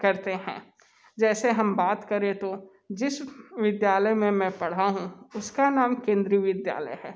करते हैं जैसे हम बात करें तो जिस विद्यालय में मैं पढ़ा हूँ उसका नाम केंद्रीय विद्यालय है